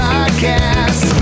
Podcast